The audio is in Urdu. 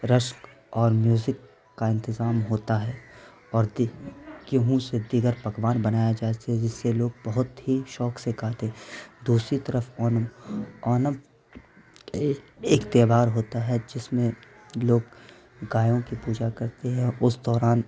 رشک اور میوزک کا انتظام ہوتا ہے اور گیہوں سے دیگر پکوان بنایا جاتے ہیں جس سے لوگ بہت ہی شوک سے کھاتے دوسری طرف اونم اونم ایک تہوار ہوتا ہے جس میں لوگ گایوں کی پوجا کرتے ہیں اس دوران